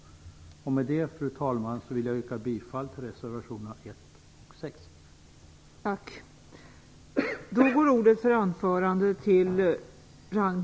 Med det, fru talman, vill jag yrka bifall till reservationerna 1 och 6.